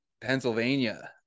pennsylvania